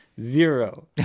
Zero